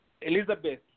Elizabeth